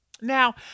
Now